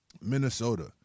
Minnesota